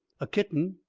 a kitten,